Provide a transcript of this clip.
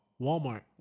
Walmart